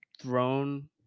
thrown